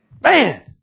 Man